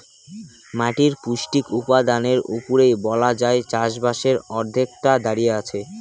মাটির পৌষ্টিক উপাদানের উপরেই বলা যায় চাষবাসের অর্ধেকটা দাঁড়িয়ে আছে